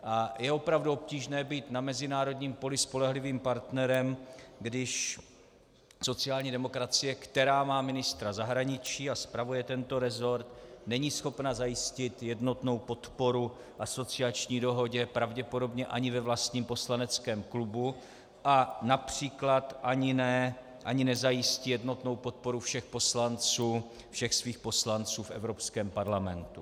A je opravdu obtížné být na mezinárodním poli spolehlivým partnerem, když sociální demokracie, která má ministra zahraničí a spravuje tento resort, není schopna zajistit jednotnou podporu asociační dohodě pravděpodobně ani ve vlastním poslaneckém klubu a například ani nezajistí jednotnou podporu všech svých poslanců v Evropském parlamentu.